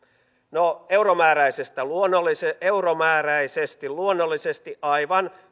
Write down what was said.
no euromääräisesti luonnollisesti euromääräisesti luonnollisesti aivan